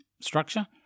structure